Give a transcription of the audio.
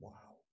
Wow